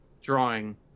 drawing